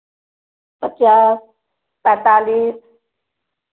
पचास पैंतालीस